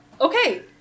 okay